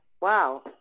Wow